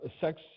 sex